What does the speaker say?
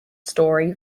story